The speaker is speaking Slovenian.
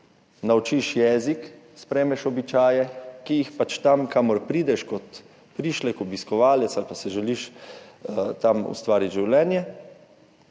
naučiš jezika, sprejmeš običaje, ki so pač tam, kamor prideš kot prišlek, obiskovalec ali pa si želiš tam ustvariti življenje.